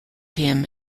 him